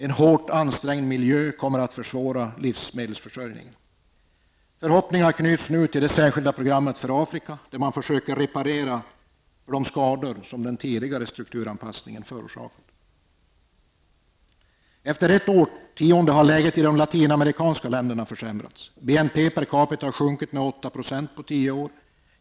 En hårt ansträngd miljö kommer att försvåra livsmedelsförsörjningen. Förhoppningar knyts nu till det särskilda programmet för Afrika, där man försöker reparera de skador som den tidigare strukturanpassningen har förorsakat. Efter ett årtionde har läget i de latinamerikanska länderna försämrats. BNP per capita har sjunkit med 8 % på tio år.